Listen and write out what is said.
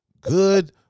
good